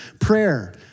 Prayer